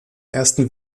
ersten